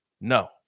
No